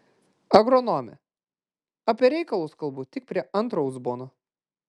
agronome apie reikalus kalbu tik prie antro uzbono